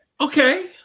Okay